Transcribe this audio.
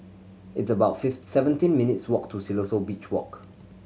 it's about seventeen minutes' walk to Siloso Beach Walk